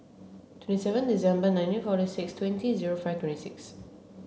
twenty seven December nineteen forty six twenty zero five twenty six